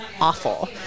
awful